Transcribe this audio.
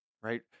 right